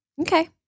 Okay